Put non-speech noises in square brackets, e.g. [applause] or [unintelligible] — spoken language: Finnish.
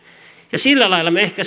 näin sillä lailla me ehkä [unintelligible]